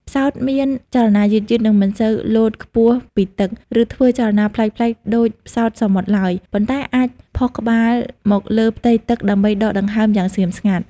ផ្សោតមានចលនាយឺតៗ និងមិនសូវលោតខ្ពស់ពីទឹក ឬធ្វើចលនាប្លែកៗដូចផ្សោតសមុទ្រឡើយ ប៉ុន្តែអាចផុសក្បាលមកលើផ្ទៃទឹកដើម្បីដកដង្ហើមយ៉ាងស្ងៀមស្ងាត់។